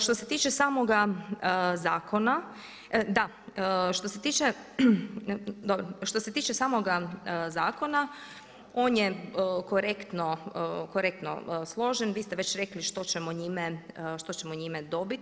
Što se tiče samoga zakona, da što se tiče, dobro, što se tiče samoga zakona on je korektno složen, vi ste već rekli što ćemo njime dobiti.